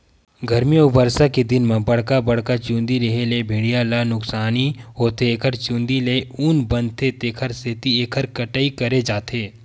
गरमी अउ बरसा के दिन म बड़का बड़का चूंदी रेहे ले भेड़िया ल नुकसानी होथे एखर चूंदी ले ऊन बनथे तेखर सेती एखर कटई करे जाथे